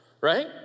right